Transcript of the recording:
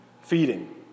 feeding